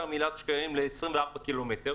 17 מיליארד שקלים ל-24 קילומטר,